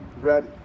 ready